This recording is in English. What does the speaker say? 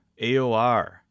AOR